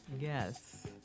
Yes